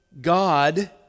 God